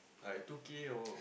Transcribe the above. I two K or